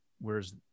Whereas